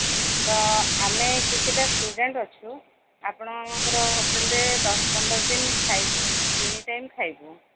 ତ ଆମେ କିଛିଟା ଷ୍ଟୁଡେଣ୍ଟ୍ ଅଛୁ ଆପଣମାନଙ୍କ ହୋଟେଲ୍ରେ ଦଶ ପନ୍ଦର ଦିନ ଖାଇବୁ ତିନି ଟାଇମ୍ ଖାଇବୁ